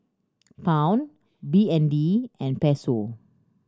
Pound B N D and Peso